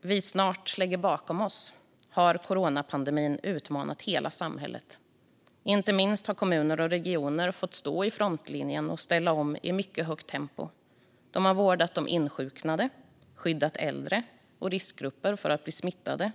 vi snart lägger bakom oss har coronapandemin utmanat hela samhället. Inte minst har kommuner och regioner fått stå i frontlinjen och ställa om i mycket högt tempo. De har vårdat insjuknade, skyddat äldre och riskgrupper från att bli smittade,